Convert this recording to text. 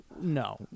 no